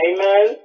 Amen